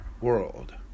world